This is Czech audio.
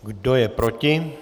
Kdo je proti?